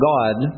God